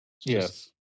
Yes